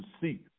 seek